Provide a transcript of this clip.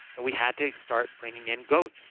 but we had to start bringing in goats.